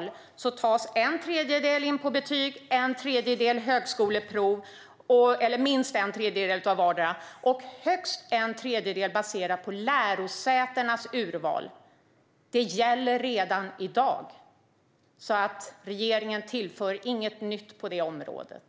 till så att minst en tredjedel tas in på betyg, minst en tredjedel på högskoleprov och högst en tredjedel baserat på lärosätenas urval. Det gäller redan i dag. Regeringen tillför inget nytt på det området.